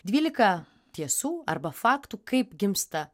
dvylika tiesų arba faktų kaip gimsta